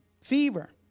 fever